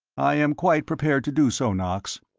i am quite prepared to do so, knox.